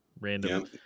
random